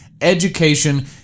Education